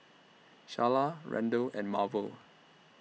Sharla Randle and Marvel